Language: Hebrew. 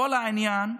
כל העניין,